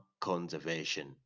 conservation